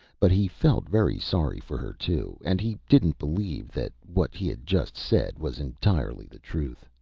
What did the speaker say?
but he felt very sorry for her, too and he didn't believe that what he had just said was entirely the truth.